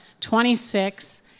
26